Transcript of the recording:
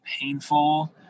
painful